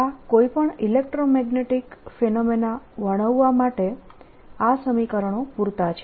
આ કોઈ પણ ઇલેક્ટ્રોમેગ્નેટીક ફિનોમેના વર્ણવવા માટે આ સમીકરણો પૂરતા છે